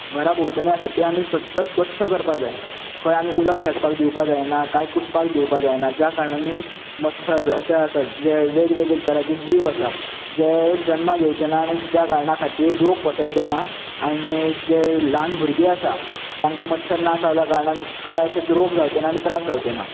घरा भोंवतणी आसा ती आमी सद्दां स्वच्छ करपाक जाय खंय आमी उदक साठपाक दिवपाक जायना कांय कुसपा दिवपाक जायना ज्या कारणांनी मच्छर अशें आसत जे वेग वेग तराचे जीव आसा जे जन्माक येवचेना आनी त्या खातीर रोग पसरचोना आनी जी ल्हान भुरगीं आसा तांकां मच्छर ना चावले कारणान कांय अशे रोग जावचेना आनी त्रास जावचेना